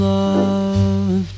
love